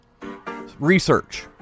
Research